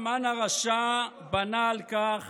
שבמימון זר בלתי מוגבל שולטים במערכת המשפט,